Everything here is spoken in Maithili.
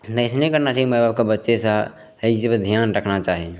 नहि अइसे नहि करना चाही माइबापके बच्चेसे एहि जगह धिआन रखना चाही